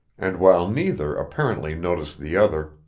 and while neither apparently noticed the other,